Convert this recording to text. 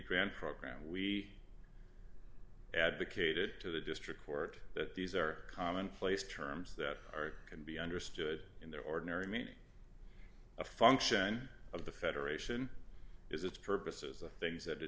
grant program we advocated to the district court that these are commonplace terms that are can be understood in the ordinary meaning a function of the federation is its purposes the things that